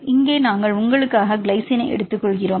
இங்கே நாங்கள் உங்களுக்காக கிளைசினை எடுத்துக்கொள்கிறோம்